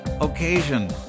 occasion